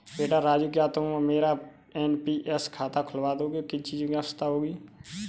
बेटा राजू क्या तुम मेरा एन.पी.एस खाता खुलवा दोगे, किन चीजों की आवश्यकता होगी?